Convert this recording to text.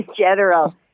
general